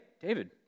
David